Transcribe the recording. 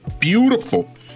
beautiful